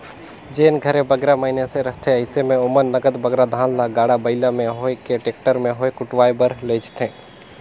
जेन घरे बगरा मइनसे रहथें अइसे में ओमन नगद बगरा धान ल गाड़ा बइला में होए कि टेक्टर में होए कुटवाए बर लेइजथें